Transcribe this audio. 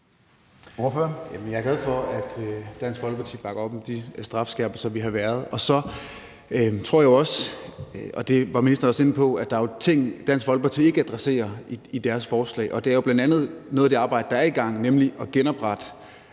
Jamen jeg er glad for, at Dansk Folkeparti bakker op om de strafskærpelser, vi har lavet. Så er der også, og det var ministeren også inde på, ting, som Dansk Folkeparti ikke adresserer i deres forslag, og det er bl.a. noget af det arbejde, der er i gang, nemlig at genoprette